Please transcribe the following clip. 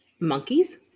Monkeys